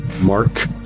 Mark